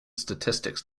statistics